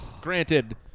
Granted